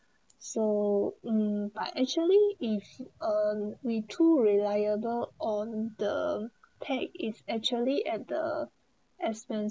so ng ba actually is are we to reliable on the tag is actually at the expense